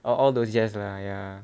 all those jazz lah ya